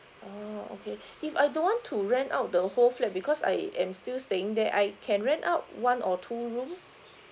oh okay if I don't want to rent out the whole flat because I am still staying there I can rent out one or two room